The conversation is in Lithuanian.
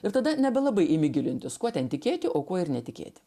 ir tada nebelabai imi gilintis kuo ten tikėti o kuo ir netikėti